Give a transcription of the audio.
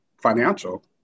financial